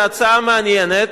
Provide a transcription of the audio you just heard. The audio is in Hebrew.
זאת הצעה מעניינת,